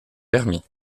permis